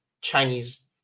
chinese